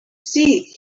see